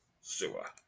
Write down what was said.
sewer